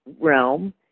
realm